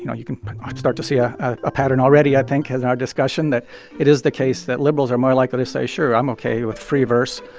you know, you can start to see a ah pattern already, i think, in our discussion, that it is the case that liberals are more likely to say, sure, i'm ok with free verse,